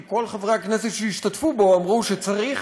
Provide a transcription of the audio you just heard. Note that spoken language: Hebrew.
כי כל חברי הכנסת שהשתתפו בו אמרו שצריך